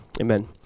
Amen